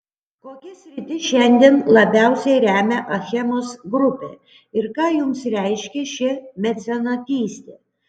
kokias sritis šiandien labiausiai remia achemos grupė ir ką jums reiškia ši mecenatystė